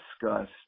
discussed